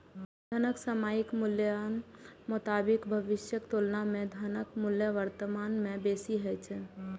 धनक सामयिक मूल्यक मोताबिक भविष्यक तुलना मे धनक मूल्य वर्तमान मे बेसी होइ छै